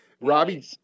Robbie